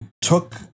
took